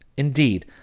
Indeed